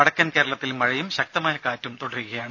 വടക്കൻ കേരളത്തിൽ മഴയും ശക്തമായ കാറ്റും തുടരുകയാണ്